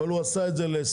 אבל הוא עשה את זה ל-20,